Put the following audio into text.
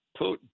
Putin